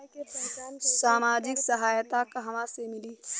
सामाजिक सहायता कहवा से मिली?